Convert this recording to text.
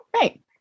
right